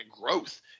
growth